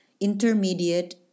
intermediate